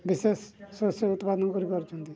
ବିଶେଷ ଶସ୍ୟ ଉତ୍ପାଦନ କରିପାରୁଛନ୍ତି